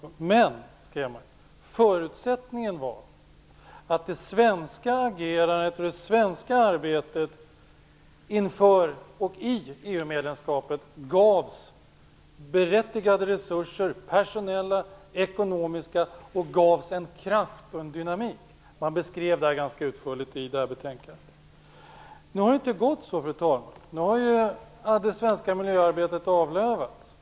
Men, skrev man, förutsättningen var att det svenska agerandet och det svenska arbetet inför och i EU-medlemskapet gavs berättigade resurser - personella, ekonomiska - och gavs en kraft och en dynamik. Man beskrev det ganska utförligt i betänkandet. Nu har det inte gått så, fru talman. Nu har det svenska miljöarbetet avlövats.